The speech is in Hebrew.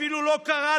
אפילו לא קראתם,